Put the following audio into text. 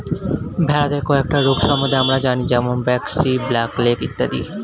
ভেড়াদের কয়েকটা রোগ সম্বন্ধে আমরা জানি যেরম ব্র্যাক্সি, ব্ল্যাক লেগ ইত্যাদি